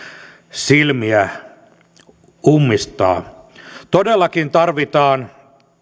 silmiä ummistaa todellakin tarvitaan